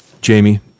Jamie